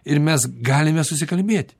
ir mes galime susikalbėti